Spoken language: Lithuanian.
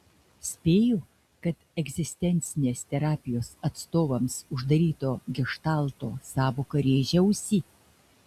spėju kad egzistencinės terapijos atstovams uždaryto geštalto sąvoka rėžia ausį